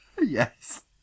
Yes